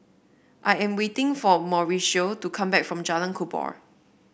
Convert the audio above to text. I am waiting for Mauricio to come back from Jalan Kubor